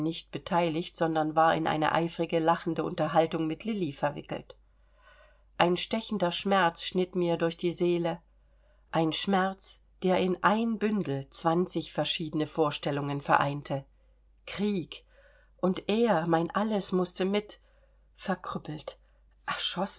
nicht beteiligt sondern war in eine eifrige lachende unterhaltung mit lilli verwickelt ein stechender schmerz schnitt mir durch die seele ein schmerz der in ein bündel zwanzig verschiedene vorstellungen vereinte krieg und er mein alles mußte mit verkrüppelt